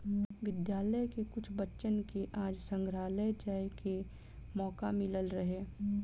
विद्यालय के कुछ बच्चन के आज संग्रहालय जाए के मोका मिलल रहे